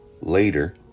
later